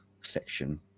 section